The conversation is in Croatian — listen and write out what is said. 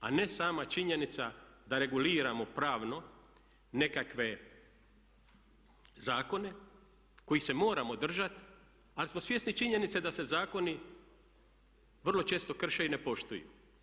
A ne sama činjenica da reguliramo pravno nekakve zakone kojih se moramo držati ali smo svjesni činjenice da se zakoni vrlo često krše i ne poštuju.